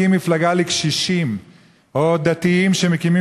שמקימים מפלגה לקשישים או של דתיים שמקימים